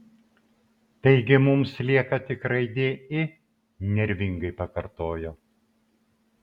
taigi mums lieka tik raidė i nervingai pakartojo